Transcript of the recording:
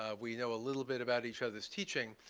ah we know a little bit about each other's teaching.